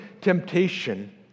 temptation